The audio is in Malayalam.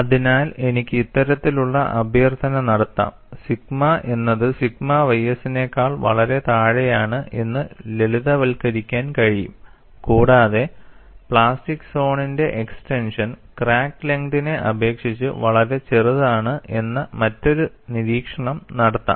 അതിനാൽ എനിക്ക് ഇത്തരത്തിലുള്ള അഭ്യർത്ഥന നടത്താം സിഗ്മ എന്നത് സിഗ്മ ys നെ ക്കാൾ വളരെ താഴെയാണ് എന്ന് ലളിതവൽക്കരിക്കാൻ കഴിയും കൂടാതെ പ്ലാസ്റ്റിക് സോണിന്റെ എക്സ്ടെൻഷൻ ക്രാക്ക് ലെങ്ങ്തിനെ അപേക്ഷിച്ചു വളരെ ചെറുതാണ് എന്ന മറ്റൊരു നിരീക്ഷണം നടത്താം